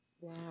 wow